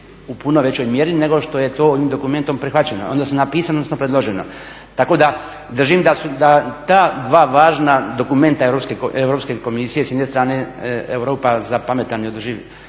u puno većoj mjeri nego što je to ovim dokumentom prihvaćeno, odnosno napisano, odnosno predloženo. Tako da držim da ta dva važna dokumenta Europske komisije s jedne strane, Europa za pametan i održiv i